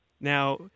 Now